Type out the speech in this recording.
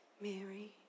Mary